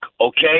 okay